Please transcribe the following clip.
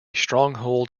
stronghold